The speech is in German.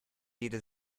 jede